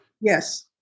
Yes